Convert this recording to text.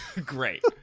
Great